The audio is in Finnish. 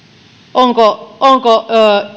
onko onko